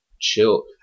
chill